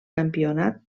campionat